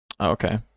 okay